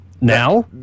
Now